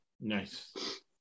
Nice